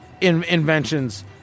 inventions